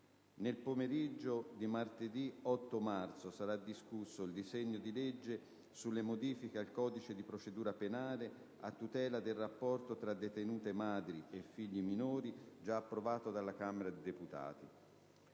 Nel pomeriggio di martedì 8 marzo sarà discusso il disegno di legge sulle modifiche al codice di procedura penale a tutela del rapporto tra detenute madri e figli minori, già approvato dalla Camera dei deputati.